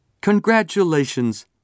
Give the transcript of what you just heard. Congratulations